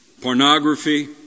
pornography